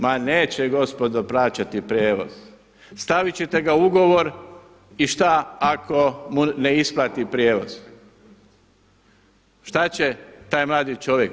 Ma neće gospodo plaćati prijevoz, stavit ćete ga u ugovor i šta ako mu ne isplati prijevoz, šta će taj mladi čovjek?